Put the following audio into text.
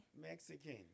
Mexican